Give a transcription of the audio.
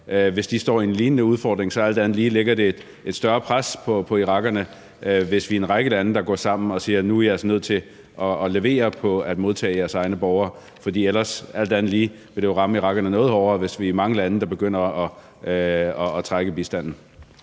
hvis de står med en lignende udfordring. Det lægger alt andet lige et større pres på irakerne, hvis vi er en række lande, der går sammen og siger: Nu er I altså nødt til at levere på det med at modtage jeres egne borgere, for alt andet lige vil det jo ramme irakerne noget hårdere, hvis vi er mange lande, der begynder at trække bistanden.